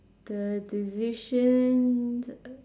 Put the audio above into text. the decision